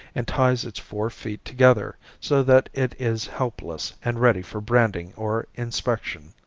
and ties its four feet together, so that it is helpless and ready for branding or inspection.